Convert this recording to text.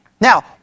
Now